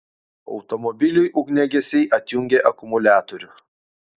automobiliui ugniagesiai atjungė akumuliatorių